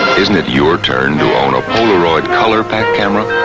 isn't it your turn to own a polaroid color pack camera?